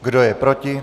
Kdo je proti?